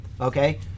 okay